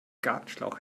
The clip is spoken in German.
gartenschlauch